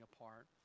apart